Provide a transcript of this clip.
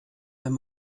wenn